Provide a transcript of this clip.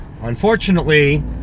Unfortunately